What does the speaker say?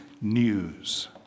news